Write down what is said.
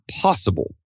possible